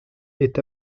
est